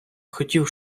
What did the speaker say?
хотів